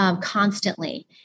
constantly